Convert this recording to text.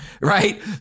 right